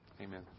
Amen